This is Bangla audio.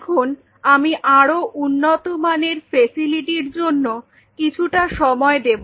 এখন আমি আরও উন্নত মানের ফেসিলিটির জন্য কিছুটা সময় দেব